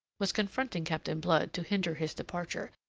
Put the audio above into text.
was confronting captain blood to hinder his departure.